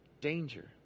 danger